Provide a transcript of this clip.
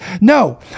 No